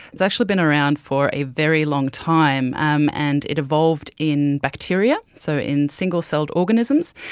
has actually been around for a very long time, um and it evolved in bacteria, so in single-celled organisms.